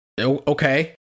okay